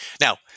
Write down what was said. Now